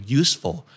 useful